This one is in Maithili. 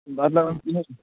बदलब कोनो